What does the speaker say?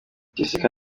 jessica